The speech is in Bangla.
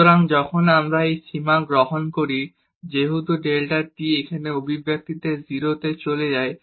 সুতরাং যখন আমরা এখন সীমা গ্রহণ করি যেহেতু ডেল্টা t এখানে এই এক্সপ্রেশন 0 তে চলে যায়